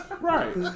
Right